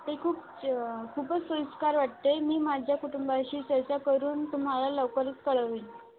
ते खूप खूपच सोयीस्कर वाटते मी माझ्या कुटुंबाशी चर्चा करून तुम्हाला लवकरच कळवेन